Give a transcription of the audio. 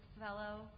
fellow